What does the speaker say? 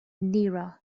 nearer